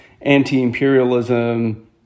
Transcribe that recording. anti-imperialism